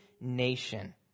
nation